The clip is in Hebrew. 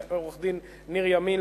לעורך-דין ניר ימין,